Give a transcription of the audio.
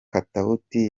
katauti